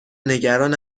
نگران